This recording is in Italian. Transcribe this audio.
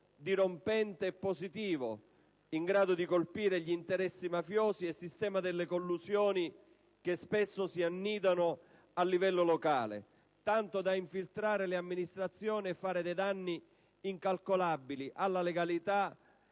dirompente e positivo in grado di colpire gli interessi mafiosi ed il sistema delle collusioni, che spesso si annidano a livello locale, tanto da infiltrare le amministrazioni e fare dei danni incalcolabili alla legalità,